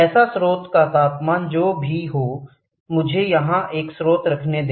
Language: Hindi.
ऐसा स्रोत का तापमान जो भी हो मुझे यहां एक स्रोत रखने दें